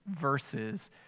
verses